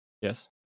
Yes